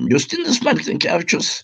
justinas marcinkevičius